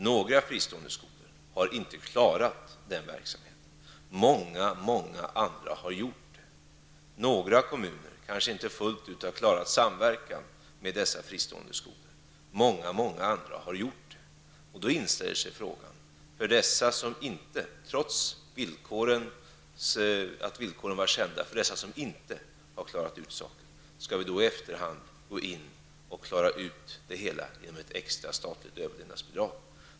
Några fristående skolor har inte klarat verksamheten, många andra har gjort det. Några kommuner har kanske inte fullt ut klarat samverkan med dessa fristående skolor, många andra har gjort det. Då inställer sig frågan: Skall vi för dessa som -- trots att villkoren var kända -- inte har klarat ut saken, i efterhand gå in med ett extra statligt överlevnadsbidrag?